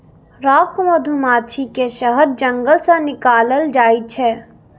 rock मधुमाछी के शहद जंगल सं निकालल जाइ छै